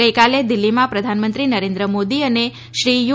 ગઈકાલે દિલ્હીમાં પ્રધાનમંત્રી નરેન્દ્ર મોદી અને શ્રી યુ